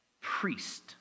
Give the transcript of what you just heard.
priest